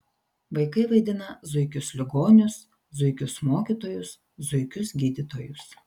vaikai vaidina zuikius ligonius zuikius mokytojus zuikius gydytojus